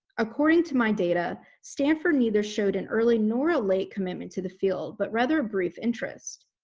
according to my data, stanford neither showed an early nor a late commitment to the field, but rather a brief interest.